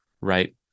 right